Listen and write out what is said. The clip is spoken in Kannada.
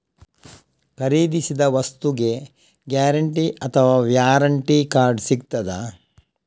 ಖರೀದಿಸಿದ ವಸ್ತುಗೆ ಗ್ಯಾರಂಟಿ ಅಥವಾ ವ್ಯಾರಂಟಿ ಕಾರ್ಡ್ ಸಿಕ್ತಾದ?